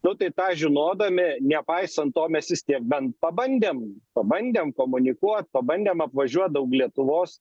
nu tai tą žinodami nepaisant to mes vis tiek bent pabandėm pabandėm komunikuot pabandėm apvažiuoti daug lietuvos